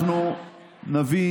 אנחנו נביא